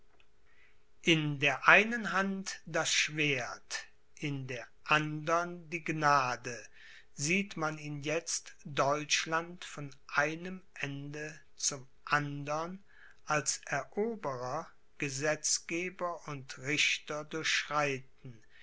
in der einen hand das schwert in der andern die gnade sieht man ihn jetzt deutschland von einem ende zum andern als eroberer gesetzgeber und richter